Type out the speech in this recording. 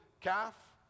calf